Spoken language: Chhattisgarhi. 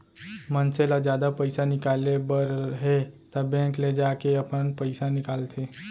मनसे ल जादा पइसा निकाले बर हे त बेंक ले ही जाके अपन पइसा निकालंथे